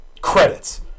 Credits